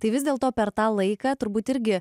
tai vis dėl to per tą laiką turbūt irgi